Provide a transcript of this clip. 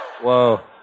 Whoa